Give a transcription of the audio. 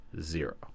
Zero